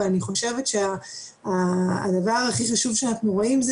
אבל אני חושבת שהדבר הכי חשוב שאנחנו רואים זה